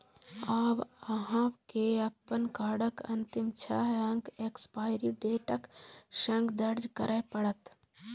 आब अहां के अपन कार्डक अंतिम छह अंक एक्सपायरी डेटक संग दर्ज करय पड़त